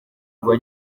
rwa